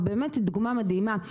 והיא אכן דוגמה מדהימה,